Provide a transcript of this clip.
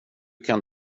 kan